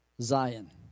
Zion